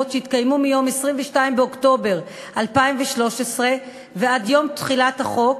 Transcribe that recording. שהתקיימו מיום 22 באוקטובר 2013 עד יום תחילת החוק,